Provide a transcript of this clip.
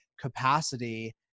capacity